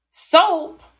Soap